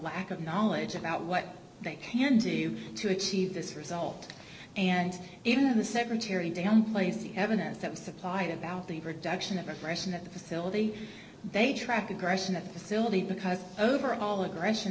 lack of knowledge about what they can do to achieve this result and even the secretary downplays the evidence that was supplied about the reduction of aggression at the facility they track aggression at the silty because overall aggression